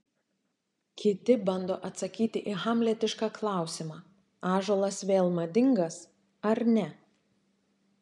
kiti bando atsakyti į hamletišką klausimą ąžuolas vėl madingas ar ne